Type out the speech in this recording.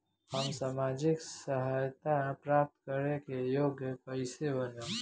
हम सामाजिक सहायता प्राप्त करे के योग्य कइसे बनब?